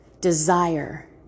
desire